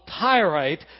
Tyrite